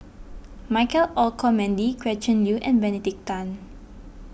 Michael Olcomendy Gretchen Liu and Benedict Tan